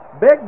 big